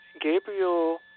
Gabriel